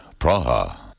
Praha